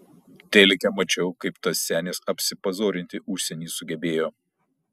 telike mačiau kaip tas senis apsipazorinti užsieny sugebėjo